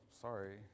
sorry